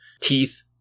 teeth